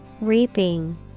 Reaping